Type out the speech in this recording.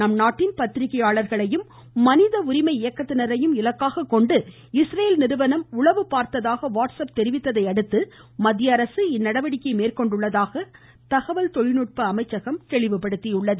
நம்நாட்டின் பத்திரிக்கையாளர்களையும் மனித உரிமை இயக்கத்தினரையும் இலக்காக கொண்டு இஸ்ரேல் நிறுவனம் உளவு பார்த்ததாக வாட்ஸ்அப் தெரிவித்ததை அடுத்து மத்திய அரசு இந்நடவடிக்கைகயை மேற்கொண்டுள்ளதாக தகவல் தொழில்நுட்ப அமைச்சகம் தெரிவித்துள்ளது